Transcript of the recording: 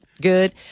good